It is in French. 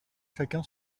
chacun